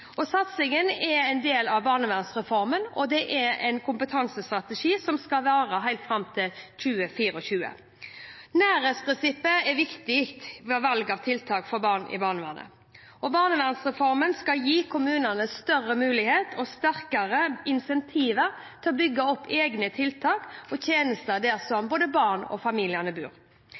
barnevernet. Satsingen er en del av barnevernsreformen, og det er en kompetansestrategi som skal vare helt fram til 2024. Nærhetsprinsippet er viktig ved valg av tiltak for barn i barnevernet. Barnevernsreformen skal gi kommunene større mulighet og sterkere incentiver til å bygge opp egne tiltak og tjenester der barnet og